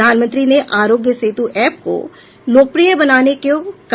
प्रधानमंत्री ने आरोग्य सेतु ऐप को लोकप्रिय बनाने को कहा